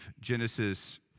Genesis